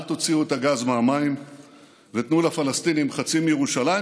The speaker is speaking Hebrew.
אל תוציאו את הגז מהמים ותנו לפלסטינים חצי מירושלים,